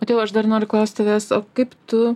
motiejau aš dar noriu klaust tavęs o kaip tu